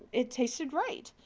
it tasted right.